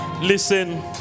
Listen